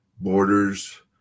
borders